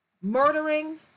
murdering